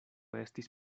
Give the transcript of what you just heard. estis